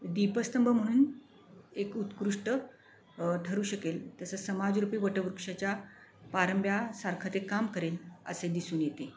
दीपस्तंभ म्हणून एक उत्कृष्ट ठरू शकेल तसंच समाजरूपी वटवृक्षाच्या पारंब्यासारखं ते काम करेल असे दिसून येते